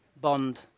Bond